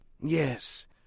Yes